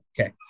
Okay